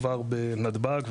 כבר בנתב"ג,